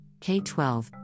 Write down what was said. K-12